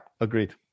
agreed